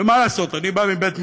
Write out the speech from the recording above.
ומה לעשות, אני בא מבית-מדרש